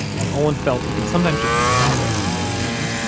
and olin felt he could sometimes just be thoughtless or mean.